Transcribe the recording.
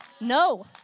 No